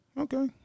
Okay